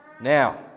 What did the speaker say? Now